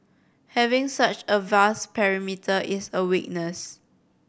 having such a vast perimeter is a weakness